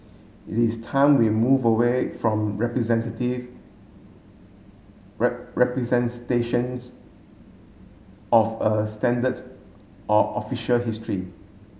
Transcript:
it is time we move away from representative representations of a standard or official history